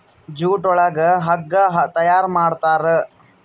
jute ಒಳಗ ಹಗ್ಗ ತಯಾರ್ ಮಾಡುತಾರೆ